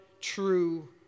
true